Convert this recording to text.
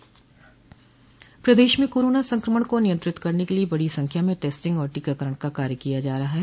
प्रदेश में कोरोना संक्रमण को नियंत्रित करने के लिये बड़ी संख्या में टेस्टिंग और टीकाकरण का कार्य किया जा रहा है